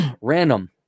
random